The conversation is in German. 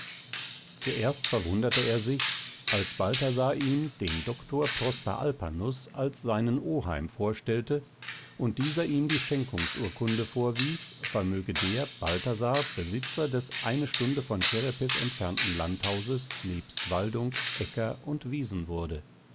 zuerst verwunderte er sich als balthasar ihm den doktor prosper alpanus als seinen oheim vorstellte und dieser ihm die schenkungsurkunde vorwies vermöge der balthasar besitzer des eine stunde von kerepes entfernten landhauses nebst waldung äcker und wiesen wurde